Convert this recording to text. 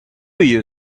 you